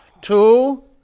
Two